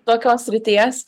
tokios srities